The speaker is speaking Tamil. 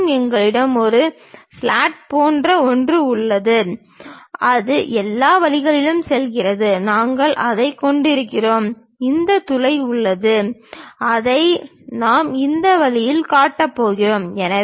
மேலும் எங்களிடம் ஒரு ஸ்லாட் போன்ற ஒன்று உள்ளது அது எல்லா வழிகளிலும் செல்கிறது நாங்கள் அதைக் கொண்டிருக்கிறோம் இந்த துளை உள்ளது அதை நாம் இந்த வழியில் காட்டப் போகிறோம்